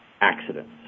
accidents